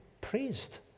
praised